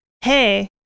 hey